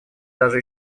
даже